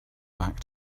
back